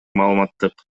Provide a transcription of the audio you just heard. маалыматтык